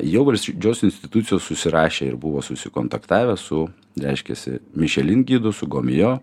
jau valsdžios institucijos susirašė ir buvo sukontaktavę su reiškiasi mišelin gidu su gomijo